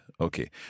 Okay